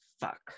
fuck